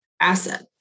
asset